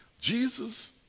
jesus